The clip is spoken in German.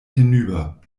hinüber